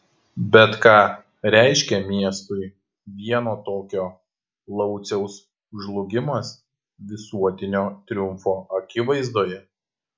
bet ką reiškė miestui vieno tokio lauciaus žlugimas visuotinio triumfo akivaizdoje